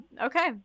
Okay